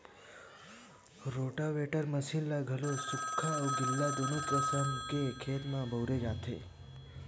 rotavator machine ल घलो सुख्खा अउ गिल्ला दूनो किसम के खेत म बउरे जाथे